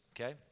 okay